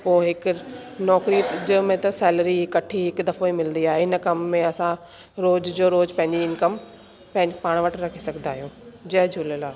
पोइ हिकु नौकिरी में त सैलरी इकट्ठी हिकु दफ़ो ई मिलंदी आहे इन कमु में असां रोज जो रोज पंहिंजी इनकम पंहिंजी पाण वटि रखी सघंदा आहियूं जय झूलेलाल